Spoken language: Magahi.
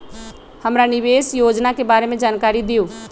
हमरा निवेस योजना के बारे में जानकारी दीउ?